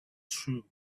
through